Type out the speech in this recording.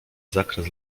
zakres